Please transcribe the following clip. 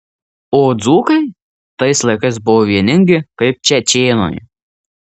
o dzūkai tais laikais buvo vieningi kaip čečėnai